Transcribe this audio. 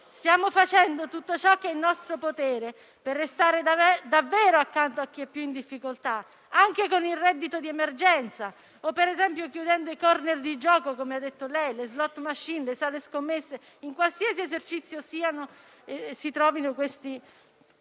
Stiamo facendo tutto ciò che è in nostro potere per restare davvero accanto a chi è più in difficoltà, anche con il reddito di emergenza o per esempio chiudendo i *corner* di gioco - come ha detto lei - le *slot machine* e sale scommesse in qualsiasi esercizio si trovino e questo